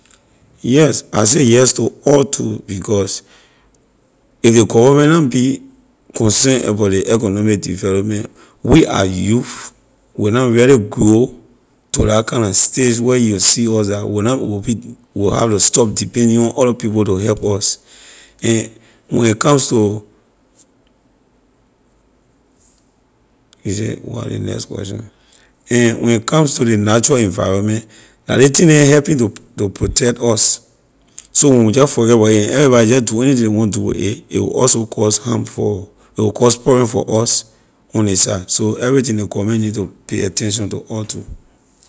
Yes, I say yes to all two because of ley government na be concern about ley economic development we are youth will na really grow to la kind na stage where you will see us dah we will na we will be we will have to stop depending on other people to help us and when a comes to you say what was ley next question and when a comes to ley natural environment la ley thing neh helping to protect us so when we just forget about it and everybody just do anything ley want do with it a will also cause harm for a will cause problem for us on ley side so everything ley government nee to pay attention to all two.